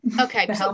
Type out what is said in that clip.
okay